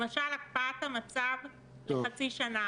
למשל, הקפאת המצב לחצי שנה.